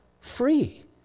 free